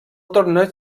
torneig